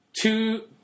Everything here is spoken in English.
Two